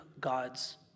God's